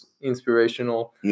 inspirational